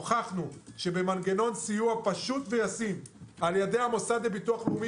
הוכחנו שבמנגנון סיוע פשוט וישים על ידי המוסד לביטוח לאומי